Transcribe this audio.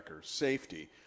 safety